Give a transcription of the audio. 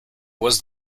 was